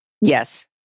yes